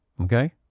Okay